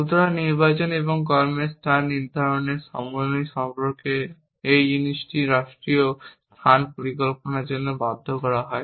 সুতরাং নির্বাচন এবং কর্মের স্থান নির্ধারণের সমন্বয় সম্পর্কে এই জিনিসটি রাষ্ট্রীয় স্থান পরিকল্পনায় বাধ্য করা হয়